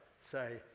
say